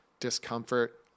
discomfort